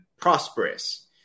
prosperous